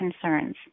concerns